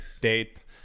date